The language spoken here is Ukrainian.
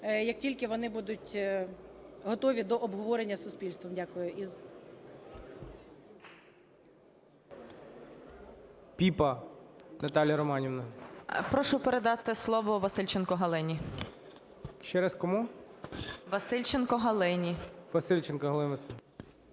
як тільки вони будуть готові до обговорення суспільством. Дякую.